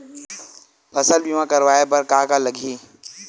फसल बीमा करवाय बर का का लगही?